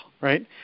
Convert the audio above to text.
right